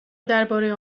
درباره